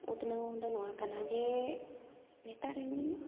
ᱩᱛᱱᱟᱹᱣ ᱫᱚ ᱱᱚᱣᱟ ᱠᱟᱱᱟ ᱡᱮ ᱱᱮᱛᱟᱨ ᱨᱮᱱ